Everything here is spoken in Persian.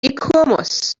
ایکوموس